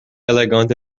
elegante